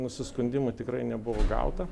nusiskundimų tikrai nebuvo gauta